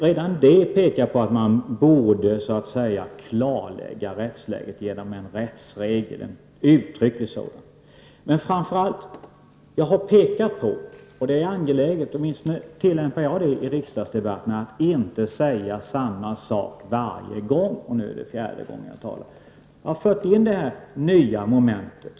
Redan det visar att man borde så att säga klarlägga rättsläget genom en rättsregel, en uttrycklig sådan. Det är angeläget — åtminstone jag tillämpar det i riksdagsdebatterna — att man inte säger samma sak varje gång. Nu är det fjärde gången jag talar. Man har alltså fört in det nya momentet.